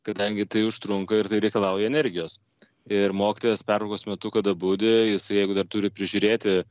kadangi tai užtrunka ir tai reikalauja energijos ir mokytojas pertraukos metu kada budi jis jeigu dar turi prižiūrėti